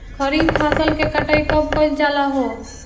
खरिफ फासल के कटाई कब कइल जाला हो?